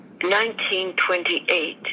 1928